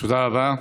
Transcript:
תודה רבה.